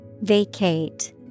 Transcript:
vacate